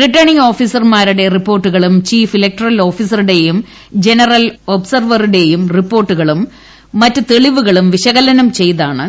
returning ഓഫീസർമാരുടെ റിപ്പോർട്ടുകളും chief electoral ഓഫീസറുടെയും ജനറൽ ഒബ്സർവറുടെയും റിപ്പോർട്ടുകളും മറ്റു തെളിവുകളും വിശകലന്റ്റ് ചെയ്താണ്